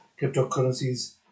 cryptocurrencies